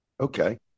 Okay